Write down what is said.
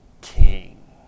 king